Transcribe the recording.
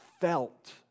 felt